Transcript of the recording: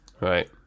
right